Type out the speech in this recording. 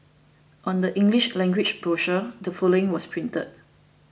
on the English language brochure the following was printed